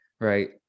right